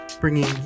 bringing